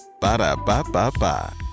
Ba-da-ba-ba-ba